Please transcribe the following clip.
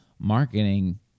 marketing